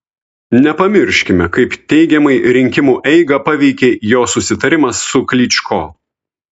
nepamirškime kaip teigiamai rinkimų eigą paveikė jo susitarimas su klyčko